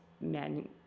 men